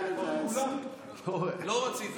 כן, 120. לא רציתם,